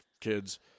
kids